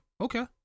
Okay